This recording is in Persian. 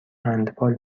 هندبال